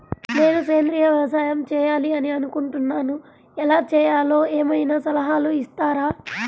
నేను సేంద్రియ వ్యవసాయం చేయాలి అని అనుకుంటున్నాను, ఎలా చేయాలో ఏమయినా సలహాలు ఇస్తారా?